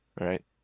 Right